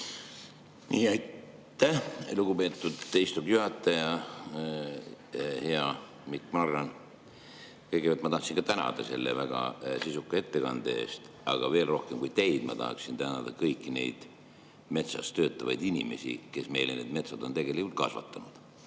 Aitäh, lugupeetud istungi juhataja! Hea Mikk Marran! Kõigepealt ma tahaksin ka tänada selle väga sisuka ettekande eest, aga veel rohkem kui teid ma tahaksin tänada kõiki metsas töötavaid inimesi, kes meile need metsad on tegelikult kasvatanud.